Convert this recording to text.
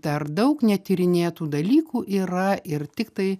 dar daug netyrinėtų dalykų yra ir tik tai